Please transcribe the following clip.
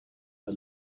her